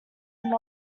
would